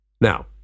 Now